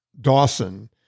dawson